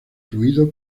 fluido